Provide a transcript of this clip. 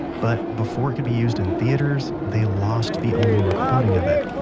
but, before it could be used in theaters, they lost the only recording of it.